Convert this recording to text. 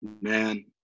Man